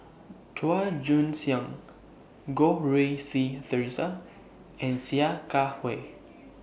Chua Joon Siang Goh Rui Si Theresa and Sia Kah Hui